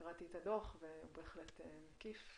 קראתי את הדוח והוא בהחלט מקיף.